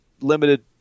limited